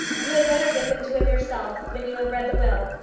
you had better give them to him yourself when you have read the will,